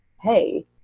hey